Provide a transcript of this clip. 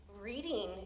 reading